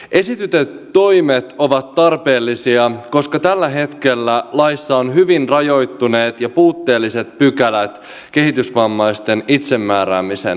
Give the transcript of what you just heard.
esitetyt toimet ovat tarpeellisia koska tällä hetkellä laissa on hyvin rajoittuneet ja puutteelliset pykälät kehitysvammaisten itsemääräämisen näkökulmasta